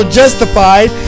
justified